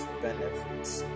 benefits